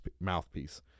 mouthpiece